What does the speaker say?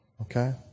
okay